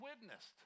witnessed